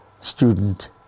student